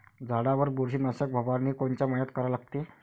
झाडावर बुरशीनाशक फवारनी कोनच्या मइन्यात करा लागते?